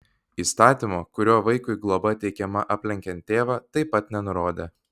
įstatymo kuriuo vaikui globa teikiama aplenkiant tėvą taip pat nenurodė